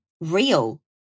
real